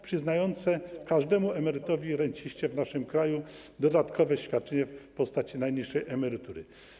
Przyznaliśmy każdemu emerytowi i renciście w naszym kraju dodatkowe świadczenie w postaci najniższej emerytury.